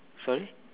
sorry